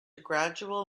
gradual